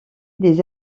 des